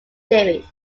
theory